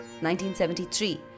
1973